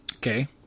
Okay